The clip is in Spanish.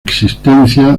existencia